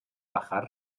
bajar